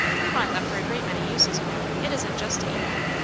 we want them for a great many uses, you know it isn't just to eat them.